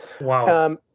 Wow